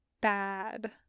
bad